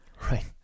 Right